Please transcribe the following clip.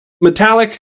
metallic